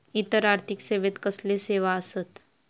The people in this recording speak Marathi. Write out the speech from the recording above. इतर आर्थिक सेवेत कसले सेवा आसत?